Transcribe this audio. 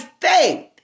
faith